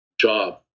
job